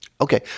Okay